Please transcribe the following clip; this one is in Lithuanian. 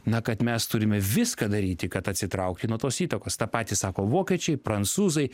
na kad mes turime viską daryti kad atsitraukti nuo tos įtakos tą patį sako vokiečiai prancūzai